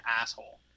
asshole